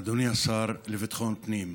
אדוני השר לביטחון פנים,